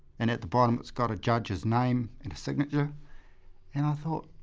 and at the bottom it's got a judge's name and a signature and i thought,